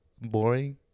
boring